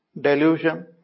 delusion